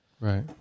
Right